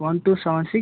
one two seven six